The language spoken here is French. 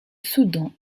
soudan